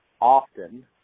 often